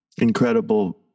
incredible